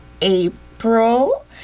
April